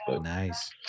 Nice